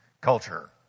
culture